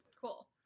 Cool